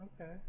Okay